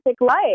life